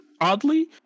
oddly